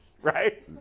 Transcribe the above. right